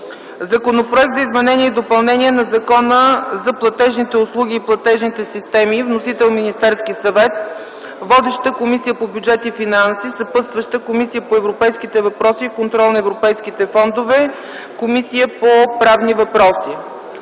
Законопроект за изменение и допълнение на Закона за платежните услуги и платежните системи. Вносител е Министерският съвет. Водеща е Комисията по бюджет и финанси. Съпътстващи са: Комисията по европейските въпроси и контрол на европейските фондове и Комисията по правни въпроси.